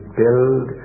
build